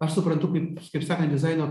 aš suprantu kaip kaip sakant dizaino